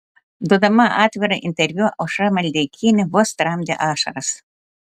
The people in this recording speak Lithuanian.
duodama atvirą interviu aušra maldeikienė vos tramdė ašaras